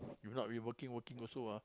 if not we working working also ah